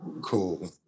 cool